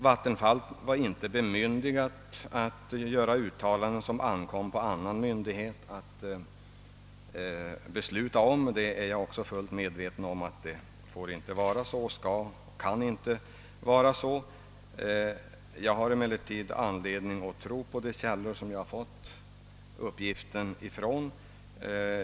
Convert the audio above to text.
Vattenfallsstyrelsen hade inte bemyndigande att göra uttalanden som ankom på annan myndighet att göra — jag är fullt medveten om att det inte får gå till på det sättet och inte kan vara på det sättet. Jag har emellertid anledning tro att de källor, från vilka jag har fått uppgiften, gett mig riktiga uppgifter.